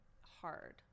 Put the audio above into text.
hard